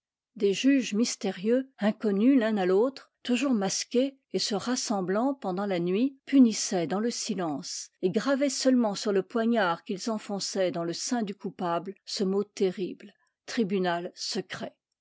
des juges mystérieux inconnus l'un à l'autre toujours masqués et se rassemblant pendant la nuit punissaient dans le silence et gravaient seulement sur le poignard qu'ils enfonçaient dans le sein du coupable ce mot terrible tribunal secret